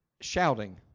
shouting